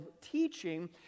teaching